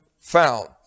found